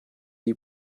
die